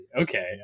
Okay